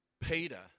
Peter